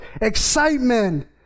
excitement